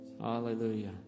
Hallelujah